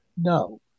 No